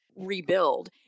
rebuild